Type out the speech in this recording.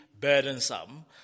burdensome